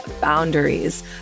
boundaries